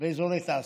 ואזורי תעשייה.